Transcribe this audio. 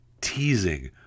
teasing